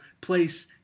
place